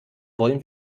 wollen